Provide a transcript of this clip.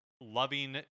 loving